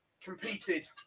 competed